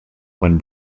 when